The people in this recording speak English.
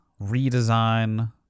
redesign